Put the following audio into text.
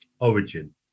origin